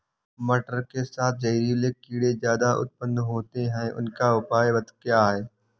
मटर के साथ जहरीले कीड़े ज्यादा उत्पन्न होते हैं इनका उपाय क्या है?